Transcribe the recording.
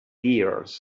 dears